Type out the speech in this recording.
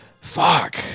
fuck